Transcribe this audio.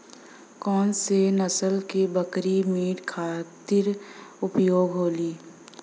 कौन से नसल क बकरी मीट खातिर उपयोग होली?